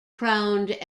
crowned